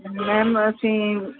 ma'am ਅਸੀਂ